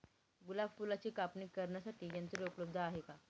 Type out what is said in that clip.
गुलाब फुलाची कापणी करण्यासाठी यंत्र उपलब्ध आहे का?